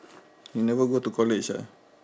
you never go to college ah